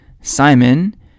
simon